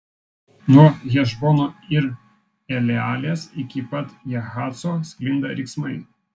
nuo hešbono ir elealės iki pat jahaco sklinda riksmai